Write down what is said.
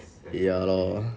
ya lor